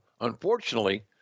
unfortunately